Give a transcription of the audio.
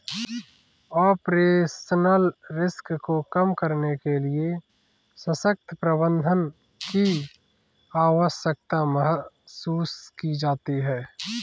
operational risk को कम करने के लिए सशक्त प्रबंधन की आवश्यकता महसूस की जाती है